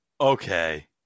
Okay